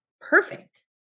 perfect